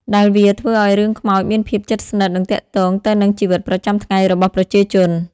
ដែលវាធ្វើឲ្យរឿងខ្មោចមានភាពជិតស្និទ្ធនិងទាក់ទងទៅនឹងជីវិតប្រចាំថ្ងៃរបស់ប្រជាជន។